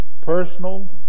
personal